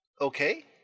Okay